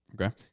okay